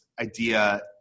idea